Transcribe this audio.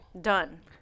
Done